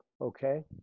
okay